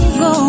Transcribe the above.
go